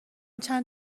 چند